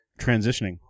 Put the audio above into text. transitioning